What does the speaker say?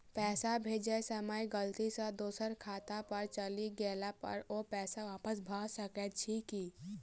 पैसा भेजय समय गलती सँ दोसर खाता पर चलि गेला पर ओ पैसा वापस भऽ सकैत अछि की?